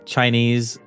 Chinese